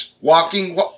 Walking